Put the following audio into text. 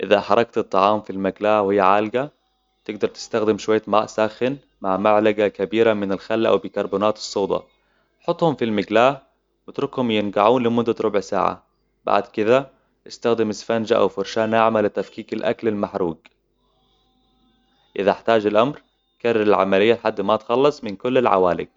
إذا حركت الطعام في المقلاة و هي عالقة، تقدر تستخدم شوية ماء ساخن مع معلقة كبيرة من الخل أوبيكربونات الصودا. حطهم في المقلاة، وتركهم ينقعون لمدة ربع ساعة. بعد كذا، استخدم إسفنجة أو فرشاة ناعمة لتفكيك الأكل المحروق. إذا إحتاج الأمر، كرر العملية لحد ما تخلص من كل العوالق.